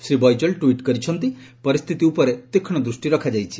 Shri Baijal tweet କରିଛନ୍ତି ପରିସ୍ଥିତି ଉପରେ ତୀକ୍ଷଣ ଦୃଷ୍ଟି ରଖାଯାଇଛି